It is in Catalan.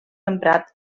emprat